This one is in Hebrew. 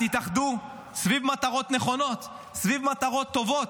תתאחדו סביב מטרות נכונות, סביב מטרות טובות,